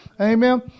Amen